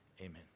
Amen